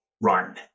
run